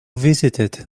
visited